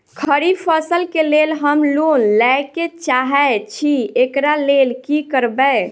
खरीफ फसल केँ लेल हम लोन लैके चाहै छी एकरा लेल की करबै?